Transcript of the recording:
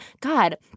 God